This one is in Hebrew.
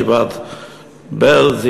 ישיבת בעלז,